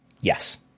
Yes